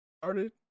started